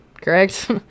correct